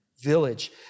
village